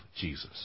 Jesus